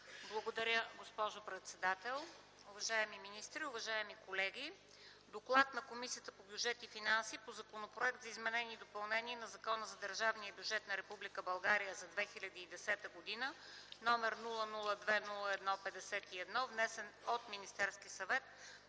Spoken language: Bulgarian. Благодаря, госпожо председател. Уважаеми министри, уважаеми колеги! „ДОКЛАД на Комисията по бюджет и финанси по Законопроект за изменение и допълнение на Закона за държавния бюджет на Република България за 2010 г., № 002-01-51, внесен от Министерския съвет